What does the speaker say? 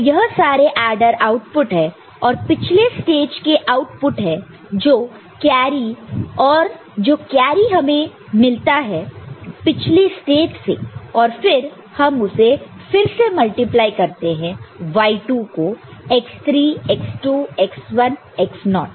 तो यह सारे ऐडर आउटपुट है और पिछले स्टेज के आउटपुट है और जो कैरी हमें मिलता है पिछले स्टेज से और फिर हम उसे फिर से मल्टिप्लाई करते हैं y2 को x3 x2 x1 x0